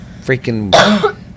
freaking